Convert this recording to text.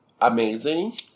amazing